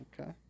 Okay